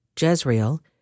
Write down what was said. Jezreel